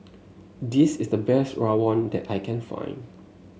this is the best Rawon that I can find